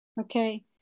Okay